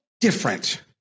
Different